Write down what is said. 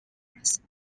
diverse